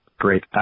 Great